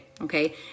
Okay